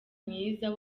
mwiza